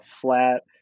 flat